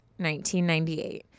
1998